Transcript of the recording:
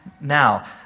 now